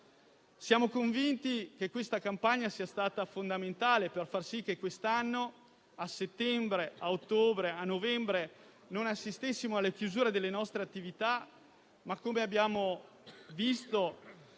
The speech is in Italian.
Siamo convinti che questa campagna sia stata fondamentale per far sì che quest'anno, a settembre, ottobre e novembre, non abbiamo dovuto assistere alla chiusura delle nostre attività. Come abbiamo visto,